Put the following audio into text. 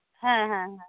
ᱦᱮᱸ ᱦᱮᱸ